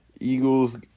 Eagles